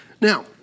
Now